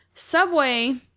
Subway